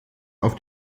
auf